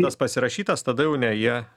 tas pasirašytas tada jau ne jie